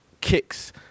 kicks